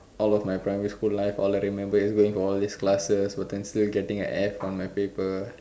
all of my primary school life all I remember is going for all these classes potentially getting an F for my paper